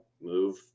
move